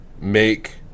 make